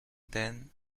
then